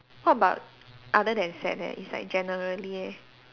what about other than sad that is like generally